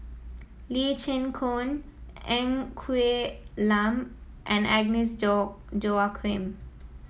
Lee Chin Koon Ng Quee Lam and Agnes Joaquim